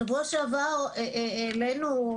בשבוע שעבר העלינו,